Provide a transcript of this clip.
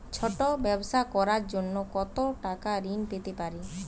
ছোট ব্যাবসা করার জন্য কতো টাকা ঋন পেতে পারি?